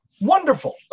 wonderful